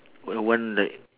and one like